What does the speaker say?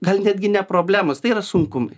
gal netgi ne problemos tai yra sunkumai